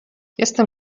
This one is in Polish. jestem